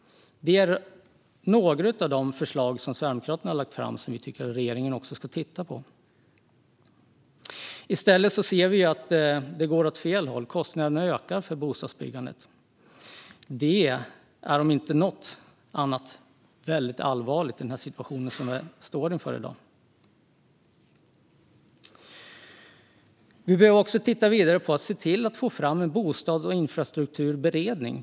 Detta är några av de förslag som Sverigedemokraterna har lagt fram och som vi tycker att regeringen också ska titta på. I stället ser vi att det går åt fel håll. Kostnaderna ökar för bostadsbyggandet, vilket är väldigt allvarligt i dagens situation. Vi behöver också få fram en bostads och infrastrukturberedning.